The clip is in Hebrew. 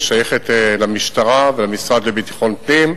היא שייכת למשטרה והמשרד לביטחון פנים,